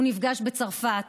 הוא נפגש בצרפת.